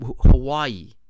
hawaii